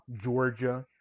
Georgia